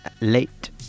late